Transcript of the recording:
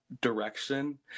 direction